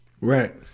Right